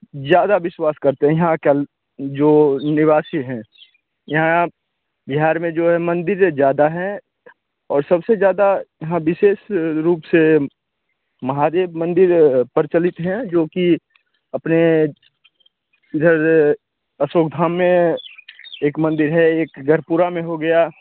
ज़्यादा विश्वास करते हैं यहाँ के जो निवासी हैं यहाँ बिहार में जो है मंदिरें ज़्यादा हैं और सबसे ज़्यादा यहाँ विशेष रूप से महादेव मंदिर प्रचलित हैं जो कि अपने इधर अशोकधाम में एक मंदिर है एक गढ़पूरा में हो गया